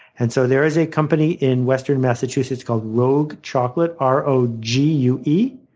and so there is a company in western massachusetts called rogue chocolate, r o g u e,